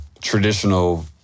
traditional